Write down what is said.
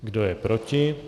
Kdo je proti?